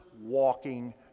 walking